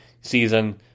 season